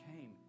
came